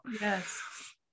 yes